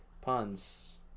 Puns